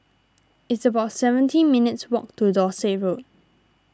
it's about seventeen minutes' walk to Dorset Road